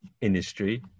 industry